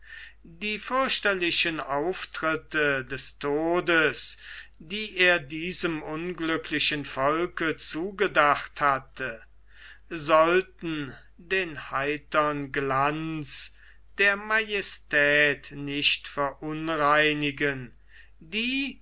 die fürchterlichen auftritte des todes die er diesem unglücklichen volke zugedacht hatte sollten den heitern glanz der majestät nicht verunreinigen die